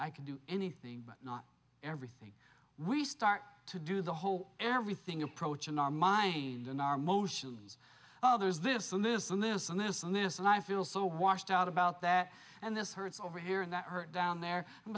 i can do anything but not everything we start to do the whole everything approach in our mind in our motions there is this and this and theirs and theirs and theirs and i feel so washed out about that and this hurts over here and that hurt down there and